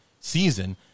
season –